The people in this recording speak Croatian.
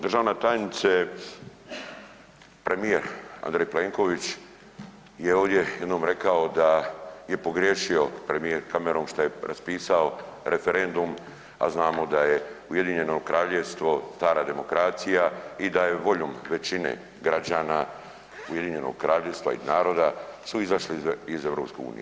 Državna tajnice, premijer Andrej Plenković je ovdje jednom rekao da je pogriješio premijer Cameron što je raspisao referendum, a znamo da je UK stara demokracija i da je voljom većine građana UK-a i naroda su izašli iz EU.